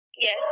Yes